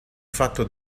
fatto